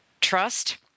trust